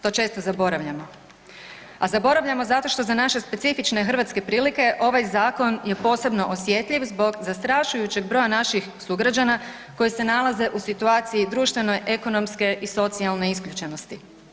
To često zaboravljamo, a zaboravljamo zato što za naše specifične hrvatske prilike ovaj zakon je posebno osjetljiv zbog zastrašujućeg broja naših sugrađana koji se nalaze u situacije društvene, ekonomske i socijalne isključenosti.